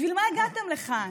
בשביל מה הגעתם לכאן?